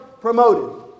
promoted